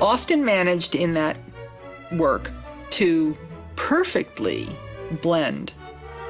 austen managed in that work to perfectly blend